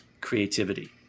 creativity